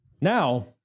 now